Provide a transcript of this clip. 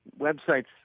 websites